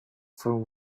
from